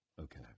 Okay